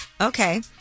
Okay